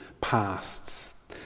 pasts